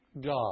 God